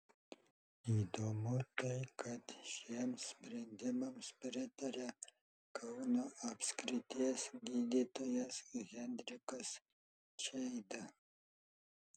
įdomu tai kad šiems sprendimams pritaria kauno apskrities gydytojas henrikas čeida